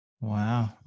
wow